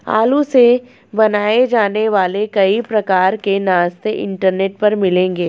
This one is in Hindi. आलू से बनाए जाने वाले कई प्रकार के नाश्ते इंटरनेट पर मिलेंगे